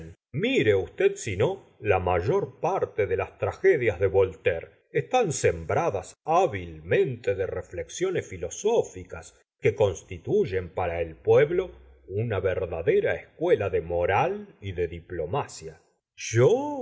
mire usted si no la mayor parte de las tragedias de vol taire están sembradas hábilmente de reflexiones filosófi cas que constituyen para el pueblo una ver dadera escuela de moral y de diplomaci t yo